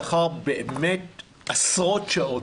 לאחר באמת עשרות שעות,